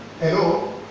Hello